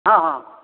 हँ हँ